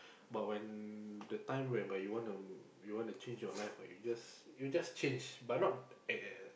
but when the time whereby you want to you want to change your life right you'll just you'll just change but not eh